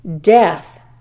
death